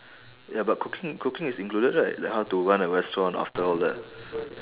ya but cooking cooking is included right like how to run a restaurant after all that